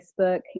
Facebook